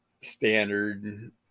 standard